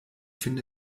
finde